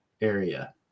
area